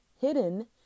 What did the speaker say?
hidden